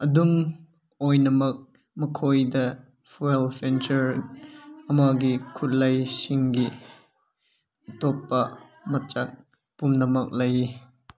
ꯑꯗꯨꯝ ꯑꯣꯏꯅꯃꯛ ꯃꯈꯣꯏꯗ ꯐꯣꯏꯜ ꯐꯦꯟꯁꯔ ꯑꯃꯒꯤ ꯈꯨꯠꯂꯥꯏꯁꯤꯡꯒꯤ ꯑꯇꯣꯞꯄꯥ ꯃꯆꯥꯛ ꯄꯨꯝꯅꯃꯛ ꯂꯩ